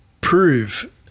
prove-